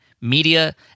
Media